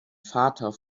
vater